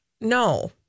no